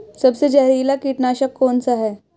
सबसे जहरीला कीटनाशक कौन सा है?